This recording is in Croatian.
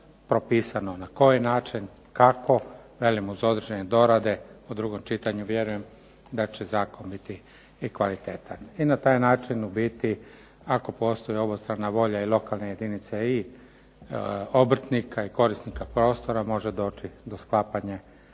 propisano na koji način, kako. Velim uz određene dorade u drugom čitanju vjerujem da će zakon biti i kvalitetan. I na taj način u biti ako postoji obostrana volja i lokalne jedinice i obrtnika i korisnika prostora može doći do sklapanja